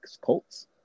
Colts